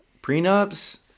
prenups